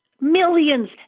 millions